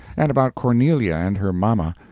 and about cornelia and her mamma,